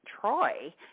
Troy